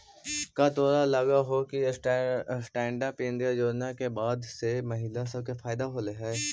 का तोरा लग हो कि स्टैन्ड अप इंडिया योजना के बाद से महिला सब के फयदा होलई हे?